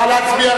נא להצביע,